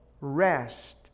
rest